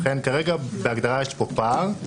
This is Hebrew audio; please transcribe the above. לכן כרגע בהגדרה יש פה פער.